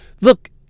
Look